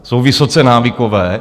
Jsou vysoce návykové.